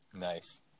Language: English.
Nice